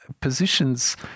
positions